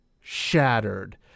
Shattered